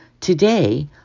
Today